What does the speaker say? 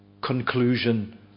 conclusion